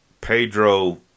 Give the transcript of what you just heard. Pedro